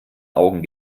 augen